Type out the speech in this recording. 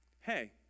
Hey